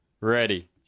Ready